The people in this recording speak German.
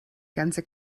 ganze